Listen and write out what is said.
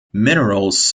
minerals